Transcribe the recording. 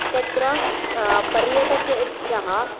तत्र पर्यटकेभ्यः